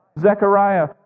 Zechariah